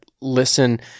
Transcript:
Listen